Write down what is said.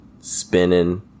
spinning